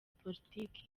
politiki